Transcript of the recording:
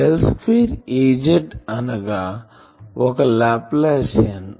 del square Az అనగా ఒక Laplacian